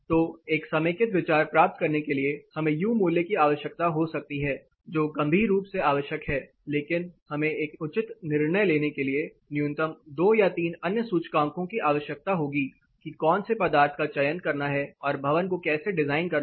तो एक समेकित विचार प्राप्त करने के लिए हमें यू मूल्य की आवश्यकता हो सकती है जो गंभीर रूप से आवश्यक है लेकिन हमें एक उचित निर्णय लेने के लिए न्यूनतम 2 या 3 अन्य सूचकांकों की आवश्यकता होगी कि कौन से पदार्थ का चयन करना है और भवन को कैसे डिजाइन करना है